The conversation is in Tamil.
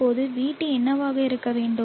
இப்போது VT என்னவாக இருக்க வேண்டும்